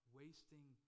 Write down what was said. wasting